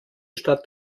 stadt